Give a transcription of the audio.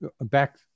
back